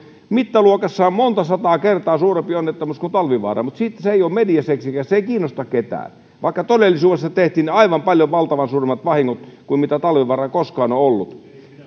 mittaluokassaan monta sataa kertaa suurempi onnettomuus kuin talvivaara mutta se ei ole mediaseksikäs se ei kiinnosta ketään vaikka todellisuudessa tehtiin aivan valtavan paljon suuremmat vahingot kuin mitä talvivaaralla koskaan on ollut